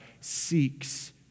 seeks